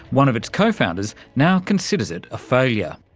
one of its co-founders, now considers it ah failure.